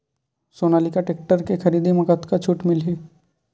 Sonalika tractor के खरीदी मा कतका छूट मीलही?